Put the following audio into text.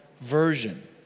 version